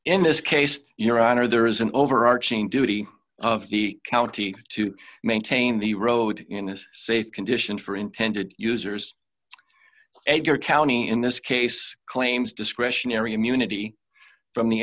in this case your honor there is an overarching duty of the county to maintain the road in a safe condition for intended users and your county in this case claims discretionary immunity from the